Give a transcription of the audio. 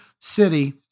City